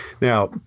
Now